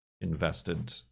invested